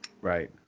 Right